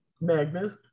Magnus